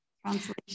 Translation